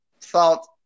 thought